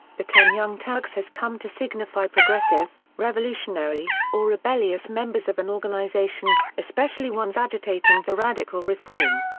the term young turks has come to signify progressive, revolutionary, or rebellious members of an organization, especially ones agitating for radical reform.